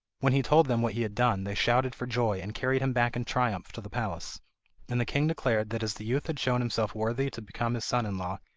when he told them what he had done they shouted for joy, and carried him back in triumph to the palace and the king declared that as the youth had shown himself worthy to become his son-in-law,